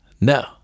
No